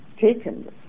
taken